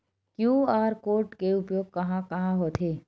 QR code के उपयोग कहां कहां होथे?